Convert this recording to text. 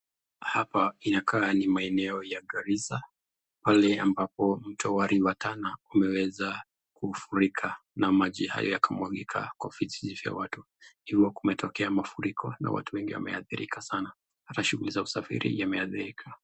Hapa inakaa ni maeneo ya Garrisa pale ambapo mto wa River Tana unaweza kufurika na maji haya yakamwagika kwa vijiji vya watu hivyo kunatokea mafuriko na watu wengi wameathirika sana hata shughuli za usafiri yameathirika.